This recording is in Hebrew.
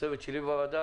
לצוות שלי בוועדה,